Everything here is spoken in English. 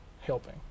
helping